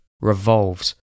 revolves